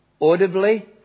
audibly